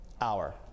hour